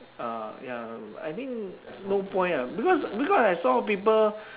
ah ya I think no point ah because because I saw people